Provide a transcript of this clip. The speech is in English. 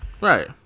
right